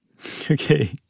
Okay